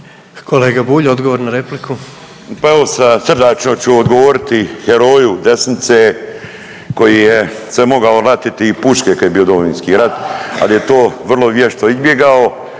(MOST)** Pa evo sa srdačno ću odgovoriti heroju desnice koji je se mogao latiti i puške kad je bio Domovinski rat ali je to vrlo vješto izbjegao